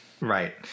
right